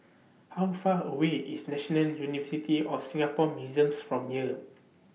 How Far away IS National University of Singapore Museums from here